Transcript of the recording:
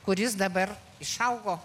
kuris dabar išaugo